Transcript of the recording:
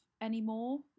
anymore